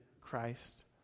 Christ